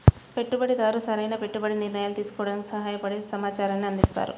పెట్టుబడిదారు సరైన పెట్టుబడి నిర్ణయాలు తీసుకోవడానికి సహాయపడే సమాచారాన్ని అందిస్తారు